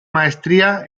maestría